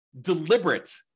deliberate